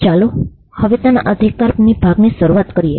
ચાલો હવે તેના અધિકારના ભાગથી શરૂઆત કરીએ